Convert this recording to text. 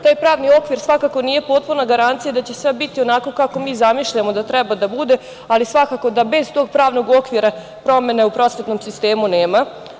Taj pravni okvir svakako nije potpuna garancija da će sve biti onako kako mi zamišljamo da treba da bude, ali svakako da bez tog pravnog okvira promena u prosvetnom sistemu nema.